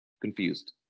Confused